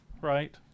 right